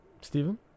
Steven